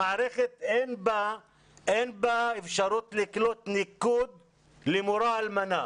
המערכת, אין בה אפשרות לקלוט ניקוד למורה אלמנה.